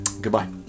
Goodbye